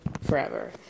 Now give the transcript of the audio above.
forever